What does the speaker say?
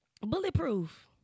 Bulletproof